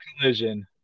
Collision